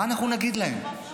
מה אנחנו נגיד להם?